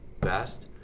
best